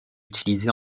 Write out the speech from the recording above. utilisé